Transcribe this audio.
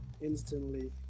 instantly